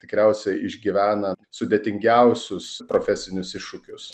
tikriausiai išgyvena sudėtingiausius profesinius iššūkius